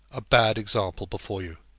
a bad example before you.